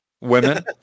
women